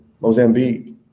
Mozambique